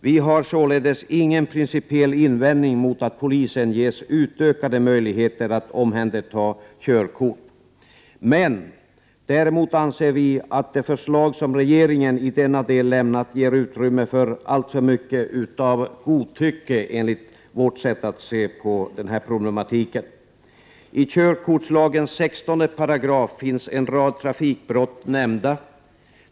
Vi har således ingen principiell invändning mot att polisen ges utökade möjligheter att omhänderta körkort. Däremot anser vi att det förslag som regeringen i denna del lämnat ger utrymme för alltför mycket av godtycke. I körkortslagens 16 § finns en rad trafikbrott nämnda.